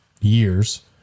years